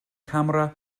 camera